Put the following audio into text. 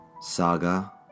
Saga